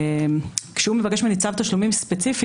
כשהוא מבקש ממני צו תשלומים ספציפי,